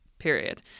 period